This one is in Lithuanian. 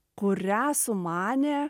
kurią sumanė